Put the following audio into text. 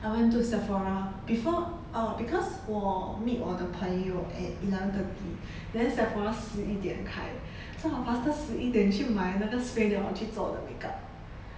I went to sephora before oh because 我 meet 我的朋友 at eleven thirty then sephora 十一点开正好 faster 十一点去买那个 spray 的 hor 去做我的 makeup